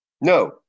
No